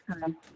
time